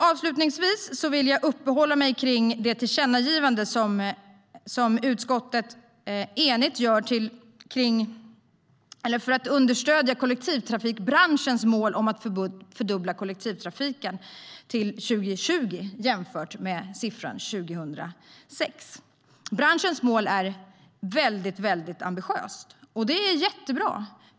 Avslutningsvis vill jag uppehålla mig vid det tillkännagivande som utskottet enigt gör för att understödja kollektivtrafikbranschens mål om att fördubbla kollektivtrafiken från 2006 till 2020. Branschens mål är väldigt ambitiöst, och det är jättebra.